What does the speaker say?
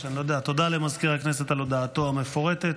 תודה למזכיר הכנסת על הודעתו המפורטת.